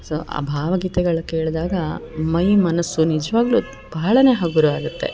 so ಆ ಭಾವಗೀತೆಗಳು ಕೇಳಿದಾಗ ಮೈಮನಸ್ಸು ನಿಜಾವಾಗ್ಲೂ ಬಹಳನೆ ಹಗುರಾಗುತ್ತೆ